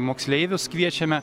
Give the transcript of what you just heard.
moksleivius kviečiame